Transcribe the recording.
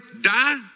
die